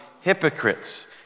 hypocrites